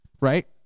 right